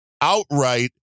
outright